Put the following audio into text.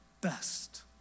best